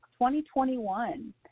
2021